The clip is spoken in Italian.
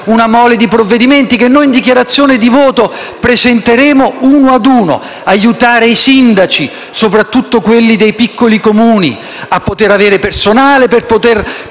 una mole di provvedimenti che in dichiarazione di voto presenteremo uno ad uno; aiutare i sindaci, soprattutto quelli dei piccoli Comuni, a trovare personale per